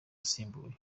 asimbuye